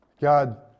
God